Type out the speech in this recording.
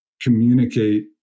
communicate